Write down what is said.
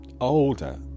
older